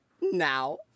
now